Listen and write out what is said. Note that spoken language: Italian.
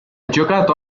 giocato